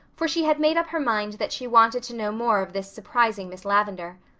for she had made up her mind that she wanted to know more of this surprising miss lavendar,